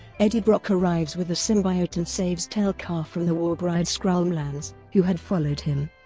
eddie brock arrives with the symbiote and saves tel-kar from the warbride skrull m'lanz, who had followed him.